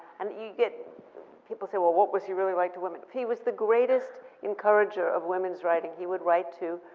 and you get people saying, well, what was he really like to women? he was the greatest encourager of women's writing. he would write to,